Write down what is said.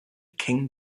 king